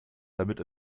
damit